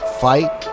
fight